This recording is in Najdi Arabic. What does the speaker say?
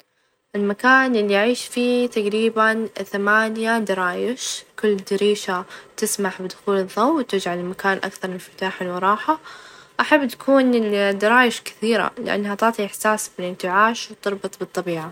المكان اللي أعيش فيه تقريبًا ثمانية درايش كل دريشة تسمح بدخول الظوء، وتجعل المكان أكثر إنفتاحًا، وراحة، أحب تكون الدرايش كثيرة؛ لأنها تعطي إحساس بالإنتعاش، وتربط بالطبيعة.